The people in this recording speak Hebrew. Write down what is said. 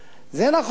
זה נכון.